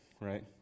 right